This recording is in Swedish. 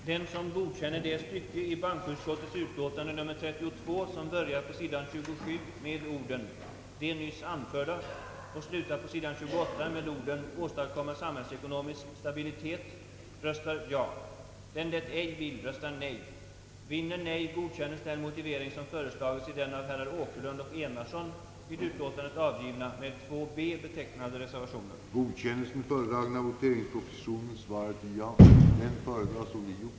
Herr talman! Jag yrkar bifall till utskottets utlåtande. Vidkommande det stycke i utskottets yttrande, som å sid. 27 i det tryckta utlåtandet började med orden »De nyss anförda» och å sid. 28 slutade med »åstadkomma samhällsekonomisk stabilitet», gjorde herr talmannen propositioner, först på godkännande av detsamma samt vidare därpå att kammaren skulle godkänna den motivering, som föreslagits i den av herrar Åkerlund och Enarsson vid utlåtandet avgivna reservationen; och förklarade herr talmannen, sedan han upprepat propositionen på godkännande av utskottets yttrande i denna del, sig anse denna proposition vara med Öövervägande ja besvarad.